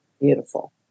Beautiful